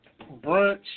Brunch